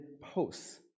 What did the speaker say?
posts